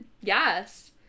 yes